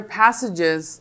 passages